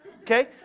Okay